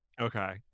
Okay